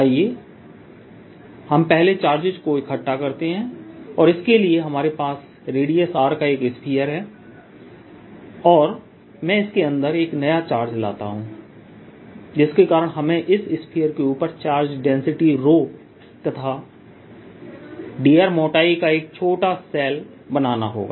आइए हम पहले चार्जेस को इकट्ठा करते हैं और इसके लिए हमारे पास रेडियस r का एक स्फीयर है और मैं इसके अंदर एक नया चार्ज लाता हूं जिसके कारण हमें इस स्फीयर के ऊपर चार्ज डेंसिटी रो ⍴ तथा dr मोटाई का एक छोटा सेल बनाना होगा